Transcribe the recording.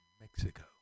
Mexico